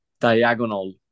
diagonal